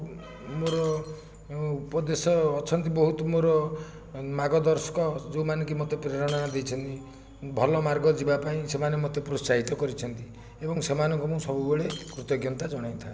ମୋର ଉପଦେଶ ଅଛନ୍ତି ବହୁତ ମୋର ମାର୍ଗଦର୍ଶକ ଯେଉଁମାନେ କି ମୋତେ ପ୍ରେରଣା ଦେଇଛନ୍ତି ଭଲ ମାର୍ଗ ଯିବା ପାଇଁ ସେମାନେ ମୋତେ ପ୍ରୋତ୍ସାହିତ କରିଛନ୍ତି ଏବଂ ସେମାନଙ୍କୁ ମୁଁ ସବୁବେଳେ କୃତଜ୍ଞତା ଜଣେଇଥାଏ